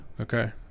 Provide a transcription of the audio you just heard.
Okay